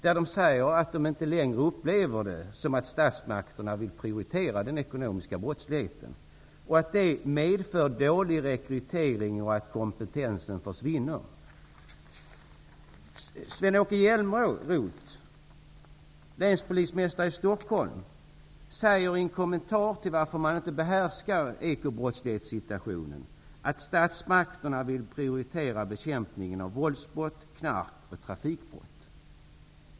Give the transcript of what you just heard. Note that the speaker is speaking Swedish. De säger att de inte längre upplever att statsmakterna vill prioritera den ekonomiska brottsligheten. Det medför dålig rekrytering och att kompetensen försvinner. Stockholm, säger i en kommentar till varför man inte behärskar ekobrottslighetssituation, att statsmakterna vill prioritera bekämpningen av våldsbrott, knark, och trafikbrott.